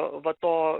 va to